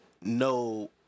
no